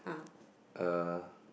uh